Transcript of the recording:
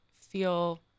feel